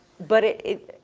but it, it,